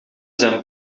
zijn